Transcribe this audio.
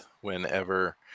whenever